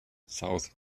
south